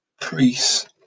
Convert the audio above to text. priests